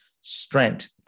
strength